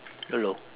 hello